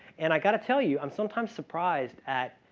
and i got to tell you, i'm sometimes surprised at